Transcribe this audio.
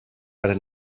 per